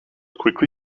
quickly